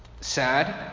sad